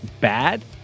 bad